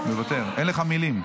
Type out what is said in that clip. מוותר, אין לך מילים,